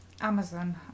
Amazon